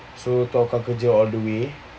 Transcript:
so aku akan kerja all the way